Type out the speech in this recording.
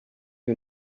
you